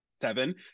seven